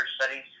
studies